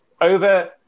Over